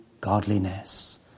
godliness